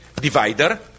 divider